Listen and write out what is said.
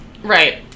Right